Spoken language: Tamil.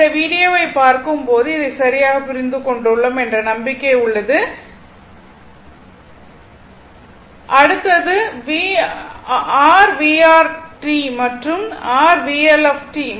இந்த வீடியோவைப் பார்க்கும்போது இதை சரியாகப் புரிந்து கொண்டுள்ளோம் என்ற நம்பிக்கை உள்ளது அடுத்தது r VR t மற்றும் r VL t மற்றும் VC t